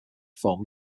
form